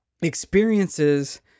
experiences